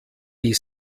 die